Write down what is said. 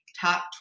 top